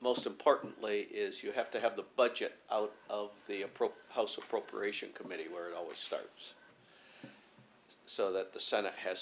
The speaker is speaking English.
most importantly is you have to have the budget out of the approach house appropriations committee where it always starts so that the senate has